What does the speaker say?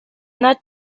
not